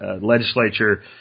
legislature